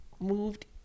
moved